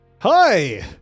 Hi